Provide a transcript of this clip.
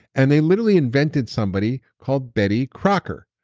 and they literally invented somebody called betty crocker.